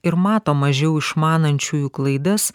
ir mato mažiau išmanančiųjų klaidas